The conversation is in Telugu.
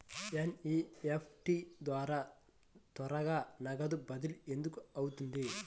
ఎన్.ఈ.ఎఫ్.టీ ద్వారా త్వరగా నగదు బదిలీ ఎందుకు అవుతుంది?